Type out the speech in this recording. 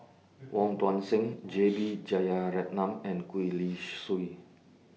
Wong Tuang Seng J B Jeyaretnam and Gwee Li Sui